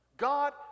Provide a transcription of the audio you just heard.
God